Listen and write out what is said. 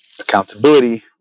Accountability